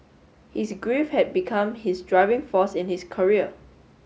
his grief had become his driving force in his career